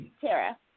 Tara